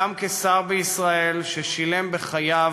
גם כשר בישראל ששילם בחייו,